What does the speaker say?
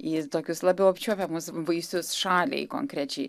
į tokius labiau apčiuopiamus vaisius šaliai konkrečiai